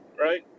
right